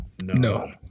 No